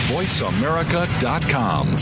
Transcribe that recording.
voiceamerica.com